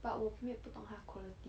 but 我没有不懂她的 quality